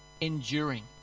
enduring